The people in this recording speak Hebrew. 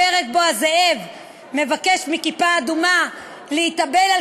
פרק שבו הזאב מבקש מכיפה אדומה להתאבל על